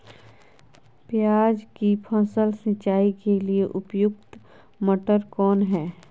प्याज की फसल सिंचाई के लिए उपयुक्त मोटर कौन है?